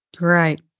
Right